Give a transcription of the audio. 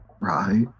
right